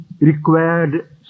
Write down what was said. required